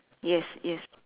yes yes